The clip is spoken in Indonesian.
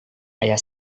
ayah